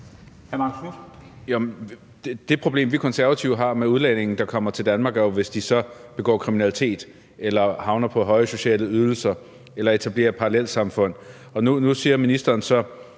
Det problem, vi Konservative har med udlændinge, der kommer til Danmark, er jo, hvis de så begår kriminalitet eller havner på høje sociale ydelser eller etablerer parallelsamfund. Nu siger ministeren så,